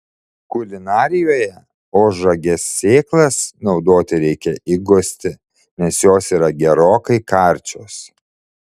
kulinarijoje ožragės sėklas naudoti reikia įgusti nes jos yra gerokai karčios